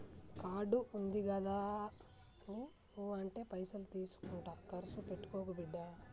card ఉందిగదాని ఊ అంటే పైసలు తీసుకుంట కర్సు పెట్టుకోకు బిడ్డా